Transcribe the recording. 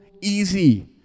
easy